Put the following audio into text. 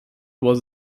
was